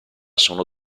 sono